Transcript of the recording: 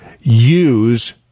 use